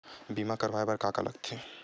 बीमा करवाय बर का का लगथे?